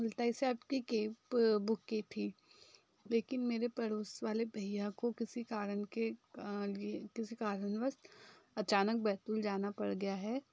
cab book की थी लेकिन मेरे पड़ोस वाले भईया को किसी कारण के किसी कारणवश अचानक बैतूल जाना पड़ गया है